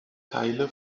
teile